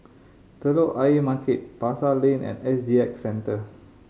Telok Ayer Market Pasar Lane and S G X Centre